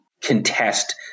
contest